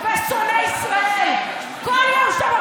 ואני אעשה כל מה שאפשר,